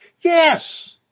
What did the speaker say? Yes